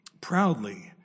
proudly